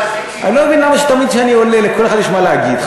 אני לא מבין למה תמיד כשאני עולה לכל אחד יש מה להגיד.